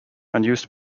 unused